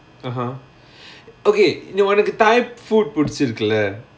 (uh huh) okay இந்த ஒனக்கு:intha onakku type food புடிச்சிருக்குல:pudichirukula